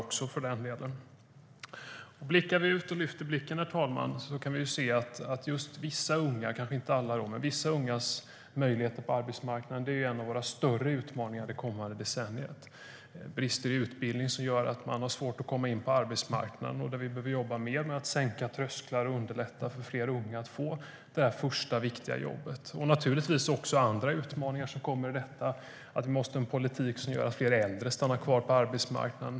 Om vi lyfter blicken, herr talman, kan vi se att möjligheterna för vissa unga, fast kanske inte alla unga, är en av våra större utmaningar det kommande decenniet. Det är brister i utbildningen som gör att man har svårt att komma in på arbetsmarknaden. Där behöver vi jobba mer med att sänka trösklar och underlätta för fler unga att få det första, viktiga jobbet. Vi har naturligtvis också andra utmaningar som kommer med detta. Vi måste ha en politik som gör att fler äldre stannar kvar på arbetsmarknaden.